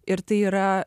ir tai yra